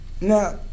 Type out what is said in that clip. Now